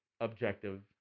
objective